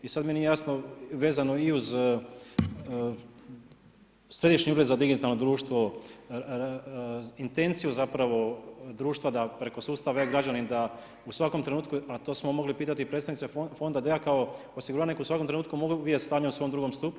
I sad mi nije jasno vezano i uz Središnji ured za digitalno društvo, intenciju zapravo društva da preko sustava e-građanin da u svakom trenutku, a to smo mogli pitati i predstavnike fonda, da ja kao osiguranik u svakom trenutku mogu vidjeti stanje u svom drugom stupu.